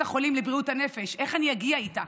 בבית החולים לבריאות הנפש, איך אני אגיע איתה?